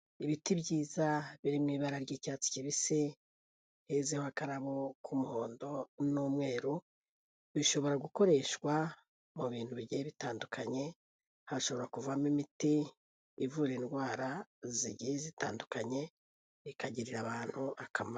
Ibiti byiza biri mu ibara ry'icyatsi kibisi hezeho akarabo k'umuhondo n'umweru, bishobora gukoreshwa mu bintu bigiye bitandukanye, hashobora kuvamo imiti ivura indwara zigiye zitandukanye bikagirira abantu akamaro.